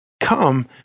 come